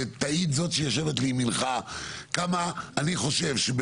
ותעיד זאת שיושבת לימינך כמה אני חושב,